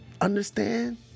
Understand